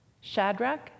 Shadrach